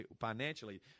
financially